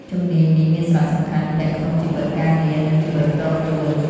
ជំនាញនេះមានសារៈសំខាន់ទាំងក្នុងជីវិតការងារនិងជីវិតផ្ទាល់ខ្លួន។